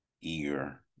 eager